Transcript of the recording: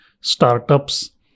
startups